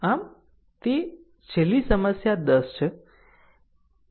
આમ આ તે છેલ્લી સમસ્યા 10 છે